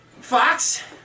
Fox